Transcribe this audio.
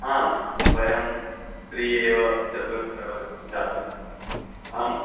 आं वयं त्रयः एव चतुरः एव जातम् अहम्